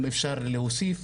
אם אפשר להוסיף